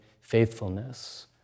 faithfulness